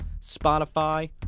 Spotify